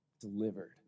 delivered